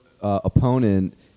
Opponent